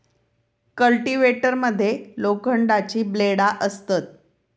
cultivator मध्ये लोखंडाची ब्लेडा असतत